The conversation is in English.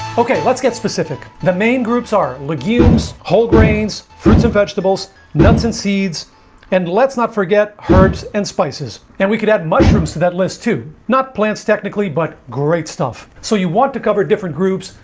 okay, let's get specific the main groups are legumes whole grains fruits and vegetables nuts and seeds and let's not forget herbs and spices and we could add mushrooms to that list too not plants technically, but great stuff so you want to cover different groups,